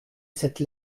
cette